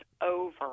over